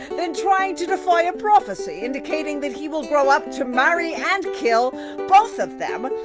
then trying to defy a prophecy indicating that he will grow up to marry and kill both of them,